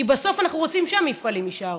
כי בסוף אנחנו רוצים שהמפעלים יישארו.